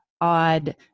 odd